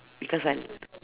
because I